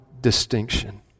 distinction